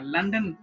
London